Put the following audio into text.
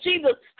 Jesus